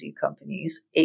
companies